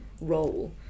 role